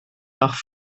nach